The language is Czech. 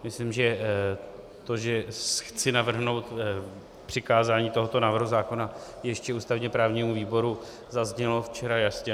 Myslím, že to, že chci navrhnout přikázání tohoto návrhu zákona ještě ústavněprávnímu výboru, zaznělo včera jasně.